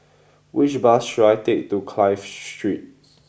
which bus should I take to Clive Street